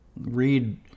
Read